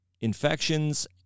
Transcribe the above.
infections